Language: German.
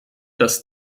das